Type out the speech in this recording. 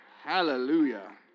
Hallelujah